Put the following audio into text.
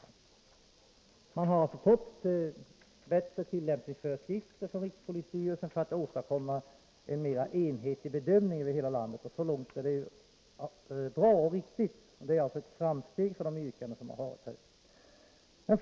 Rikspolisstyrelsen har gett ut bättre tillämpningsföreskrifter för att man skall kunna åstadkomma en mer enhetlig bedömning över hela landet — så långt är det bra. Detta innebär ett framsteg för de yrkanden som har framförts.